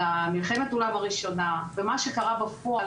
על מלחמת העולם הראשונה ומה שקרה בפועל